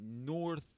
North